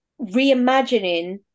reimagining